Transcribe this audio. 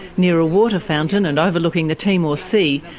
near a water fountain and overlooking the timor sea,